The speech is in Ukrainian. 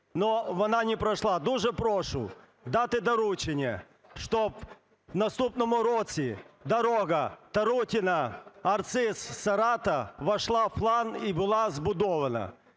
але вона не пройшла. Дуже прошу дати доручення, щоб у наступному році дорога Тарутине – Арциз – Сарата увійшла в план і була збудована.